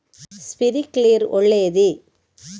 Sprinkler ಒಳ್ಳೇದೇ?